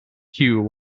hugh